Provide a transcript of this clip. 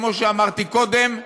כמו שאמרתי קודם,